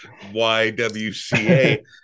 YWCA